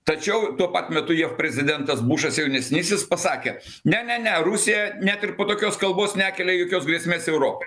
tačiau tuo pat metu jav prezidentas bušas jaunesnysis pasakė ne ne ne rusija net ir po tokios kalbos nekelia jokios grėsmės europai